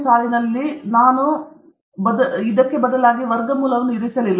ಸಾಲಿನಲ್ಲಿ 542 ನಾನು ಬದಲಾಗಿ ವರ್ಗಮೂಲವನ್ನು ಇರಿಸಲಿಲ್ಲ